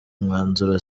umwanzuro